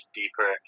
deeper